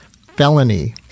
felony